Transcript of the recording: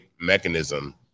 mechanism